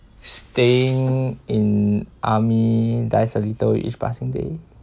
staying in army dies a little each passing day